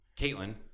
Caitlin